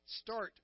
start